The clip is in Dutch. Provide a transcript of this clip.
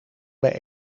bij